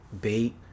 bait